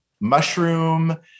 mushroom